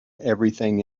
everything